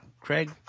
craig